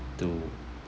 to